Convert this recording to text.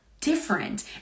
different